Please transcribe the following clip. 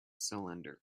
cylinder